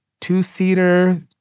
two-seater